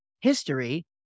history